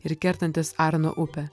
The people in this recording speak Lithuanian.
ir kertantis arno upę